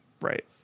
right